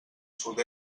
sud